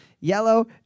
yellow